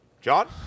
John